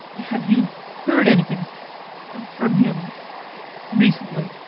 have you heard anything from him recently?